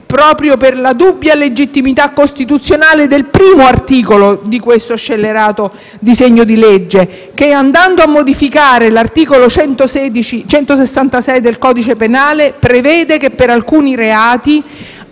proprio per la dubbia legittimità costituzionale del primo articolo di questo scellerato disegno di legge, che, andando a modificare l'articolo 166 del codice penale prevede che, per alcuni reati,